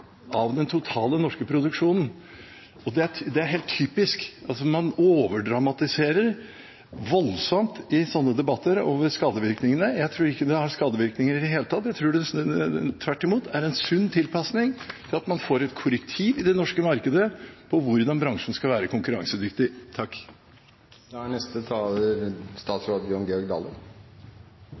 av den totale norske produksjonen. Det er helt typisk – man overdramatiserer skadevirkningene voldsomt i slike debatter. Jeg tror ikke det har skadevirkninger i det hele tatt. Jeg tror det tvert imot er en sunn tilpasning, og man får et korrektiv i det norske markedet på hvordan bransjen skal være konkurransedyktig. Desse artikkel 19-forhandlingane er